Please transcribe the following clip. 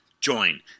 join